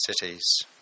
cities